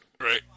Right